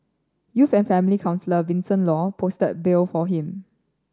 youth and family counsellor Vincent Law posted bail for him